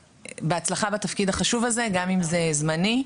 בהצלחה בתפקיד החשוב הזה, גם אם הוא זמני.